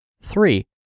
Three